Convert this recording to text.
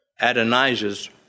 Adonijah's